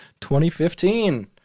2015